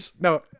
no